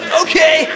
okay